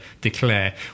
declare